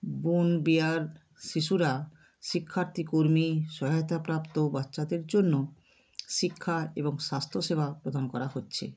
bomb বেয়ার্ড শিশুরা শিক্ষার্থী কর্মী সহায়তা প্রাপ্ত বাচ্চাদের জন্য শিক্ষা এবং স্বাস্ত্যসেবা প্রদান করা হচ্ছে